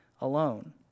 alone